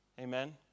Amen